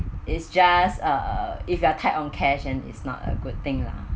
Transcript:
it's just err if you are tight on cash then is not a good thing lah